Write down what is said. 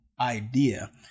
idea